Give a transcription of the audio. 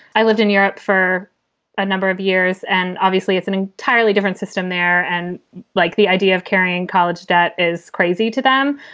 i lived in europe for a number of years and obviously it's an entirely different system there. and like, the idea of carrying college debt is crazy to them.